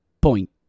point